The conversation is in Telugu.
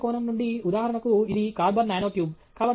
సాంకేతిక కోణం నుండి ఉదాహరణకు ఇది కార్బన్ నానోట్యూబ్